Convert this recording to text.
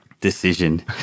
decision